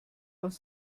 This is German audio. aus